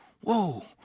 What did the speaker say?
whoa